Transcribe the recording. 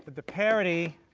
the parity